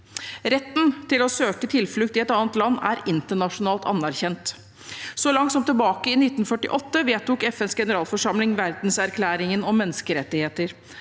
Retten til å søke tilflukt i et annet land er internasjonalt anerkjent. Så langt tilbake som i 1948 vedtok FNs generalforsamling verdenserklæringen om menneskerettigheter,